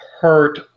hurt